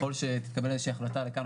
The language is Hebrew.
לצערנו